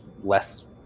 less